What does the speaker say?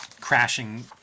crashing